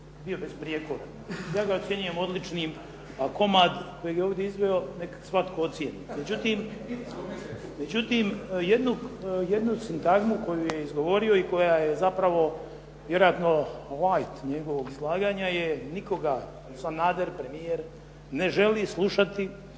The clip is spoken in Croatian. bio besprijekoran. Ja ga ocjenjujem odličnim, a komad koji je ovdje izveo neka svako ocjeni. Međutim, jednu sintagmu koju je izgovorio i koja je zapravo vjerojatno … njegovog izlaganja je nikoga Sanader premijer ne želi slušati,